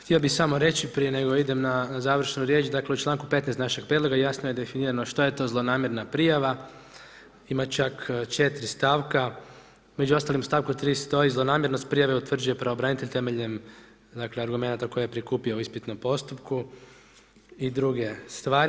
Htio bi samo reći prije nego idem na završnu riječ, dakle u članku 15. naše prijedloga jasno je definirano što je to zlonamjerna prijava, ima čak 4 stavka, među ostalim u stavku 3. stoji zlonamjernost prijave utvrđuje pravobranitelj temeljem argumenata koje je prikupio u ispitnom postupku i druge stvari.